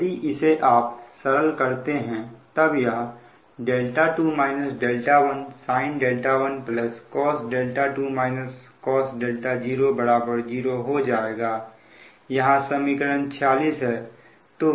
यदि इसे आप सरल करते हैं तब यह 2 1 sin 1 cos 2 cos 0 0 हो जाएगा यहां समीकरण 46 है